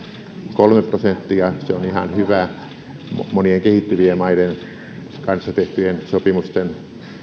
kolme prosenttia ihan hyvä monien kehittyvien maiden kanssa tehtyjen sopimusten